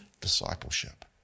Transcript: discipleship